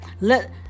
Let